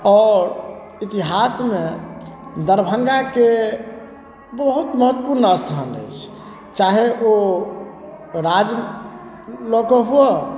आओर इतिहासमे दरभंगाके बहुत महत्वपूर्ण स्थान अछि चाहे ओ राज लऽ कऽ हुअ